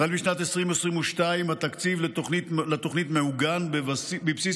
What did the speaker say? החל משנת 2022 התקציב לתוכנית מעוגן בבסיס